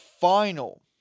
final